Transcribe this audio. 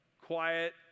Quiet